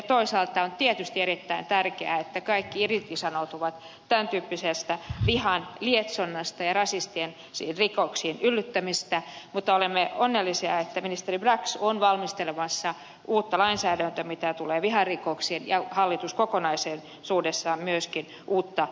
toisaalta on tietysti erittäin tärkeää että kaikki irtisanoutuvat tämän tyyppisestä vihan lietsonnasta ja rasistisiin rikoksiin yllyttämisestä mutta olemme onnellisia että ministeri brax on valmistelemassa uutta lainsäädäntöä mitä tulee viharikoksiin ja hallitus kokonaisuudessaan valmistelee myöskin uutta esitutkintapakettia